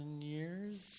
years